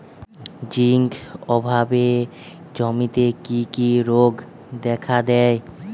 Zinc অভাবে জমিতে কি কি রোগ দেখাদেয়?